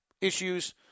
issues